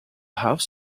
house